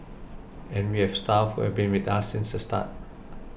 and we've staff who've been with us since the start